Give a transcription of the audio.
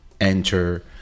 enter